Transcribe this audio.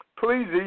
Please